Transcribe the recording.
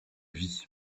vie